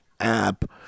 app